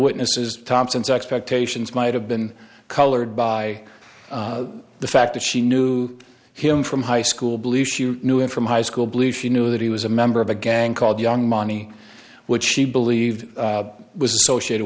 witnesses thompson's expectations might have been colored by the fact that she knew him from high school blue she knew him from high school blue she knew that he was a member of a gang called young money which she believed was associated